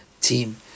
team